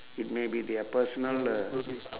it maybe their personal uh